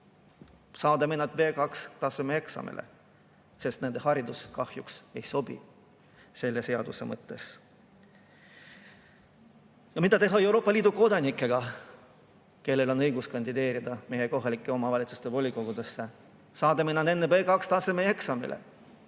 Saadame nad B2-taseme eksamile, sest nende haridus kahjuks ei sobi selle seaduse mõttes? Ja mida teha Euroopa Liidu kodanikega, kellel on õigus kandideerida meie kohalike omavalitsuste volikogudesse? Saadame nad enne B2-taseme eksamile?